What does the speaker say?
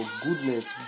goodness